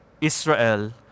Israel